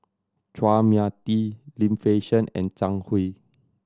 Chua Mia Tee Lim Fei Shen and Zhang Hui